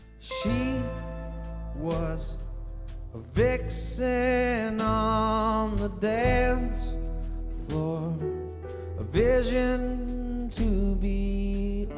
she was a vixen ah on the dance floor a vision to be